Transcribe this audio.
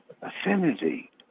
affinity